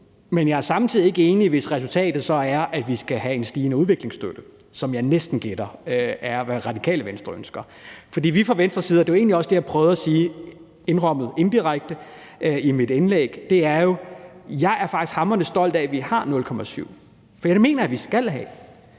men jeg er samtidig ikke enig, hvis resultatet så er, at vi skal have en stigende udviklingsstøtte, som jeg næsten gætter er, hvad Radikale Venstre ønsker. For det, jeg egentlig også prøvede at sige og indirekte gav udtryk for i mit indlæg, er, at jeg faktisk er hamrende stolt af, at vi bruger 0,7 pct. af bni, og det mener jeg vi skal gøre,